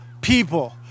people